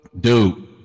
Dude